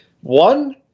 one